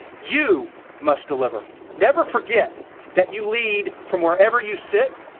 you must deliver. never forget that you lead from wherever you sit